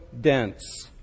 dense